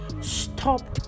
stop